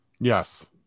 Yes